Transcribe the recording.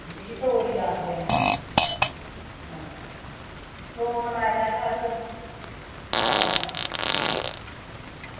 जिस्सी तौरी आकदे न आं थोम लाए दा जो असें अपना